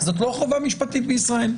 זו לא חובה משפטית בישראל.